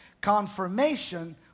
Confirmation